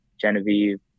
Genevieve